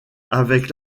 avec